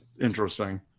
interesting